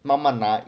慢慢来